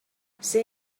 ser